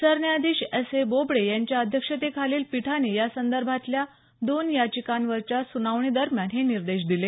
सरन्यायाधीश S A Bobde यांच्या अध्यक्षतेखालील पीठाने या संदर्भातल्या दोन याचिकांवरच्या सुनावणी दरम्यान हे निर्देश दिले